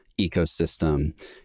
ecosystem